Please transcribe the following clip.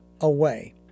away